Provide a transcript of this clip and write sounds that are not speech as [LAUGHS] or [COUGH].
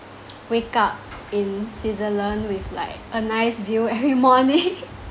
wake up in switzerland with like a nice view every [LAUGHS] morning [LAUGHS]